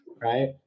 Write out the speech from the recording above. right